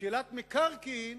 בשאלת מקרקעין,